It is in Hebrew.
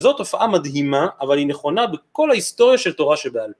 זו תופעה מדהימה אבל היא נכונה בכל ההיסטוריה של תורה שבעל פה